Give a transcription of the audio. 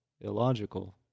illogical